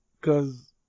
cause